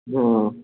गौआँ